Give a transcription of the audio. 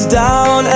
down